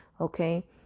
okay